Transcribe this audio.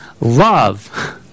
love